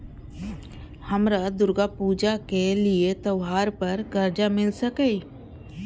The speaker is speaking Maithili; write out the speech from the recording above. हमरा दुर्गा पूजा के लिए त्योहार पर कर्जा मिल सकय?